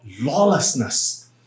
lawlessness